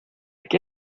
qué